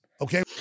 Okay